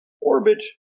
orbit